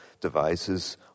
devices